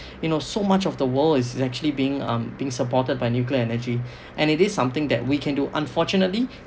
you know so much of the world is actually being um being supported by nuclear energy and it is something that we can do unfortunately